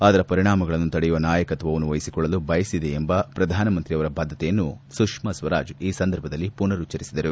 ಅದರ ಪರಿಣಾಮಗಳನ್ನು ತಡೆಯುವ ನಾಯಕತ್ವವನ್ನು ವಹಿಸಿಕೊಳ್ಳಲು ಬಯಸಿದೆ ಎಂಬ ಶ್ರಧಾನಮಂತ್ರಿಯವರ ಬದ್ದತೆಯನ್ನು ಸುಷ್ನಾ ಸ್ವರಾಜ್ ಈ ಸಂದರ್ಭದಲ್ಲಿ ಪುನರುಚ್ಲರಿಸಿದರು